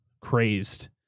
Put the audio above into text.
crazed